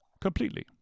completely